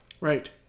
right